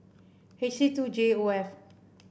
H C two J O F